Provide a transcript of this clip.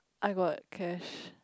I got cash